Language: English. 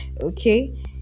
okay